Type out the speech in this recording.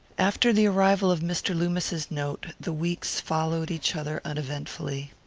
after the arrival of mr. loomis's note the weeks followed each other uneventfully.